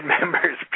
members